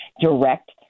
direct